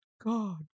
God